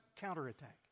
counterattack